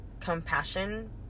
compassion